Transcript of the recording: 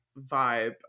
vibe